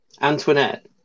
Antoinette